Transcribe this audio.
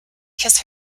kiss